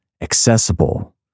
accessible